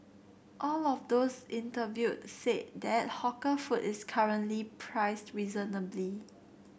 all of those interviewed said that hawker food is currently priced reasonably